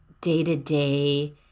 day-to-day